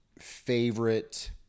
favorite